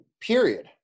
period